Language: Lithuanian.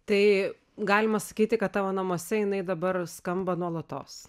tai galima sakyti kad tavo namuose jinai dabar skamba nuolatos